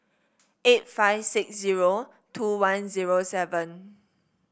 eight five six zero two one zero seven